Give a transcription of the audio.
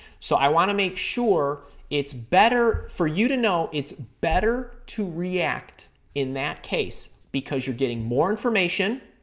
so, i want to make sure it's better for you to know it's better to react in that case because you're getting more information.